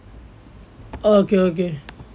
okay okay